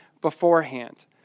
beforehand